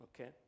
Okay